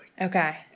Okay